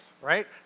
right